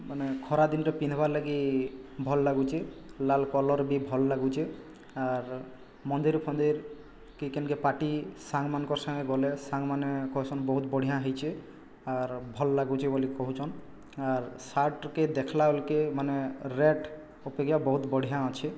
ମାନେ ଖରାଦିନରେ ପିନ୍ଧିବାର୍ ଲାଗି ଭଲ୍ ଲାଗୁଛେ ଲାଲ କଲର୍ ବି ଭଲ୍ ଲାଗୁଛେ ଆର୍ ମନ୍ଦିର୍ ଫନ୍ଦିର୍ କି କେନ୍କେ ପାର୍ଟି ସାଙ୍ଗ୍ମାନଙ୍କ ସାଙ୍ଗରେ ଗଲେ ସାଙ୍ଗ୍ମାନେ କହିସନ୍ ବହୁତ ବଢ଼ିଆଁ ହୋଇଛେ ଆର୍ ଭଲ୍ ଲାଗୁଛେ ବୋଲି କହୁଛନ୍ ଆର ସାର୍ଟ୍କେ ଦେଖ୍ଲା ବେଳକେ ମାନେ ରେଟ୍ ଅପେକ୍ଷା ବହୁତ ବଢ଼ିଆଁ ଅଛେ